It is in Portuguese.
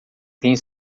tenha